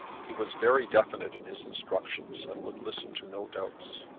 he was very definite in his instructions, and would listen to no doubts.